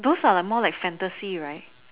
those are like more like fantasy right